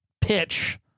pitch